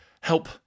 help